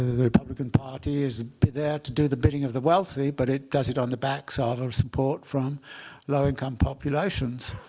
the republican party is there to do the bidding of the wealthy. but it does it on the backs of or support from low-income populations.